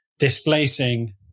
Displacing